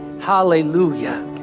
hallelujah